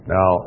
Now